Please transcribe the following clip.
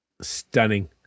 Stunning